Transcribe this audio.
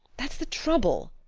that's the trouble,